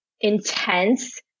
intense